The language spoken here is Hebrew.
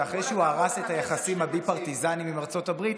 שאחרי שהוא הרס את היחסים הבי-פרטיזניים עם ארצות הברית,